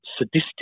sadistic